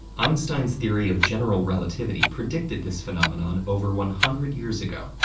einstein's theory of general relativity predicted this phenomenon over one hundred years ago,